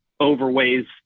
overweighs